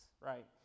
right